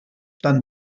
tant